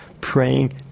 Praying